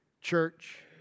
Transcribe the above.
church